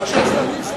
הוכחה.